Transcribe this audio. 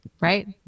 right